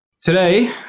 Today